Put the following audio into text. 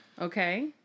Okay